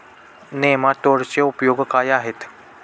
नेमाटोडचे उपयोग काय आहेत?